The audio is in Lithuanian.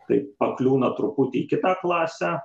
tai pakliūna truputį į kitą klasę